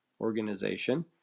organization